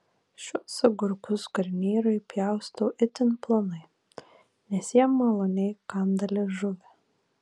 šiuos agurkus garnyrui pjaustau itin plonai nes jie maloniai kanda liežuvį